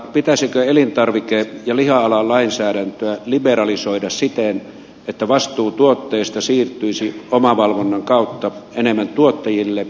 pitäisikö elintarvike ja liha alan lainsäädäntöä liberalisoida siten että vastuu tuotteista siirtyisi omavalvonnan kautta enemmän tuottajille